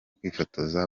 kwifotoza